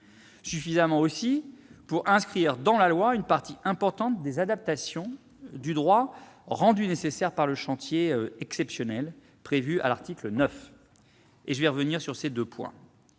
Suffisamment, aussi, pour inscrire dans la loi une partie importante des adaptations du droit rendues nécessaires par le chantier exceptionnel, adaptations prévues à l'article 9. Je reviendrai sur ces deux points.